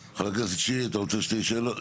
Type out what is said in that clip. חבר הכנסת, יוראי, אתה רוצה שתי שאלות?